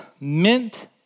mint